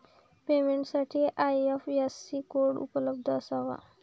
पेमेंटसाठी IFSC code उपलब्ध असावा